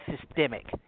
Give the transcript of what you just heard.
systemic